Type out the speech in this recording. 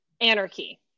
anarchy